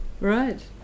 Right